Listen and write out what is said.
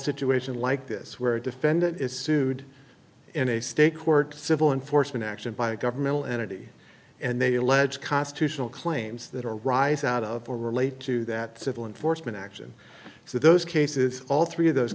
situation like this where a defendant is sued in a state court to civil enforcement action by a governmental entity and they allege constitutional claims that arise out of or relate to that civil enforcement action so those cases all three of those